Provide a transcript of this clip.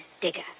digger